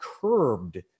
curbed